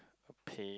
to pay